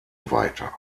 weiter